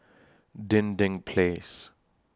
Dinding Place